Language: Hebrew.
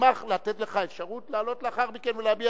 הסכת ושמע.